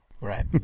Right